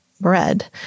bread